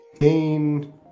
gain